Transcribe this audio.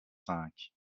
cinq